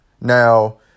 Now